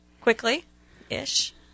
quickly-ish